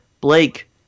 Blake